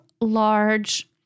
large